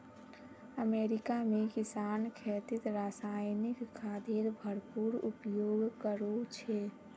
America में किसान खेतीत रासायनिक खादेर भरपूर उपयोग करो छे